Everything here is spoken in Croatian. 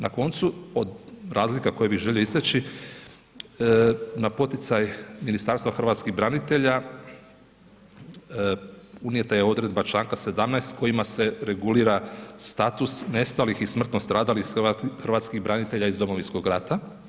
Na koncu, od razlika koje bi želio istači, na poticaj Ministarstva hrvatskih branitelja, unijeta je odredba čl. 17 kojima se regulira status nestalih i smrtno stradalih hrvatskih branitelja iz Domovinskog rata.